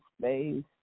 space